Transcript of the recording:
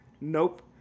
Nope